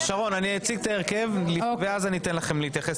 שרון אני אציג את ההרכב ואז אני אתן לכם להתייחס,